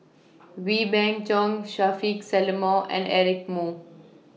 Wee Beng Chong Shaffiq Selamat and Eric Moo